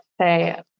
say